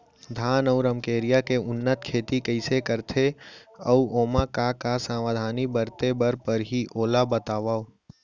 धान अऊ रमकेरिया के उन्नत खेती कइसे करथे अऊ ओमा का का सावधानी बरते बर परहि ओला बतावव?